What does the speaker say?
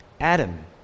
Adam